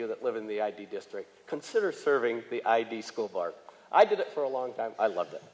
you that live in the id district consider serving the id school bar i did it for a long time i loved it